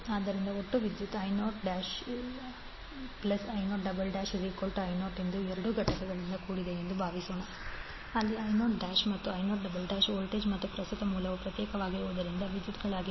ಆದ್ದರಿಂದ ಒಟ್ಟು ವಿದ್ಯುತ್ I0I0I0 ಎಂಬ ಎರಡು ಘಟಕಗಳಿಂದ ಕೂಡಿದೆ ಎಂದು ಭಾವಿಸೋಣ ಅಲ್ಲಿ I0 ಮತ್ತು I0ವೋಲ್ಟೇಜ್ ಮತ್ತು ಪ್ರಸ್ತುತ ಮೂಲಗಳು ಪ್ರತ್ಯೇಕವಾಗಿರುವುದರಿಂದ ವಿದ್ಯುತ್ಗಳಾಗಿವೆ